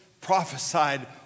prophesied